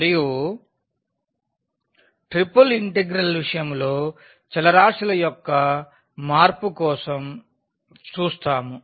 మరియు triple integral విషయంలో చలరాశుల యొక్క మార్పు కోసం చూస్తాము